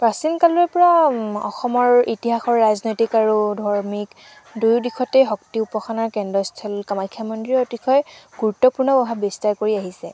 প্ৰাচীন কালৰে পৰা অসমৰ ইতিহাসৰ ৰাজনৈতিক আৰু ধাৰ্মিক দুয়ো দিশতে শক্তি উপাসনা কেন্দ্ৰস্থল কামাখ্যা মন্দিৰ অতিশয় গুৰুত্বপূৰ্ণ প্ৰভাৱ বিস্তাৰ কৰি আহিছে